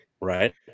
right